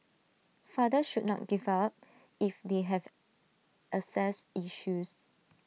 fathers should not give up if they have access issues